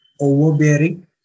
overbearing